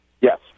Yes